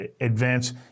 advance